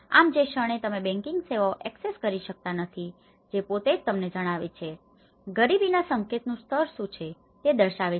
આમ જે ક્ષણે તમે બેંકિંગ સેવાઓ એક્સેસ કરી શકતા નથી જે પોતે જ તમને જણાવે છે ગરીબીના સંકેતનું સ્તર શું છે તે દર્શાવે છે